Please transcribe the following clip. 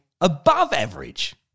above-average